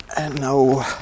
No